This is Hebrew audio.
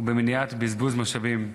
ובמניעת בזבוז משאבים.